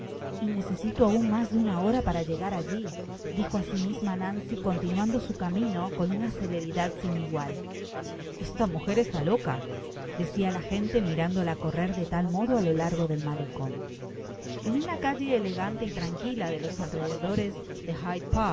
y necesito aun mas de una hora para llegar alli dijo á si misma nancy continuando su camino con una celeridad sin igual esta mujer está loca deciala gente mirándola correr de tal modo á lo largo del malecon en una calle elegante y tranquila de los alrededores de